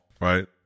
right